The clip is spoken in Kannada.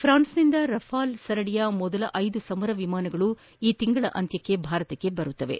ಫ್ರಾನ್ಸ್ನಿಂದ ರಫೇಲ್ ಸರಣಿಯ ಮೊದಲ ಐದು ಸಮರ ವಿಮಾನಗಳು ಈ ತಿಂಗಳ ಅಂತ್ಯಕ್ಕೆ ಭಾರತಕ್ಕೆ ಬಂದಿಳಿಯಲಿವೆ